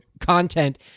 content